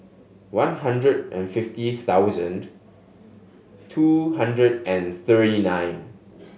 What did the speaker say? one hundred and fifty thousand two hundred and thirty nine